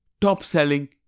top-selling